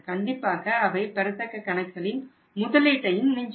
கண்டிப்பாக அவை பெறத்தக்க கணக்குகளின் முதலீட்டையும் விஞ்சும்